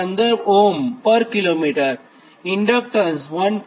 15 Ω પર કિમી ઇન્ડકટન્સ 1